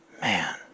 man